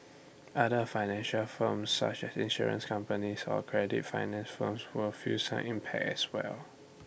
other financial firms such as insurance companies or credit finance firms will feel some impact as well